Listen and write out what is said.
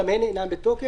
גם הן אינן בתוקף.